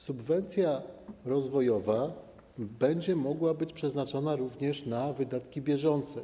Subwencja rozwojowa będzie mogła być przeznaczana również na wydatki bieżące.